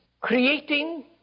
creating